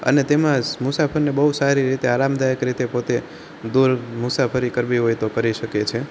અને તેમાં મુસાફરને બહુ સારી તે આરામદાયક રીતે પોતે દૂર મુસાફરી કરવી હોય તો કરી શકે છે